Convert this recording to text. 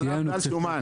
גרעינים.